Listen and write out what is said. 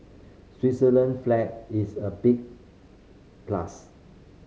Switzerland flag is a big plus